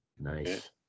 Nice